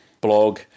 blog